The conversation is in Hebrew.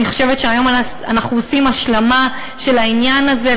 אני חושבת שהיום אנחנו עושים השלמה של העניין הזה,